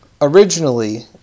originally